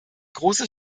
große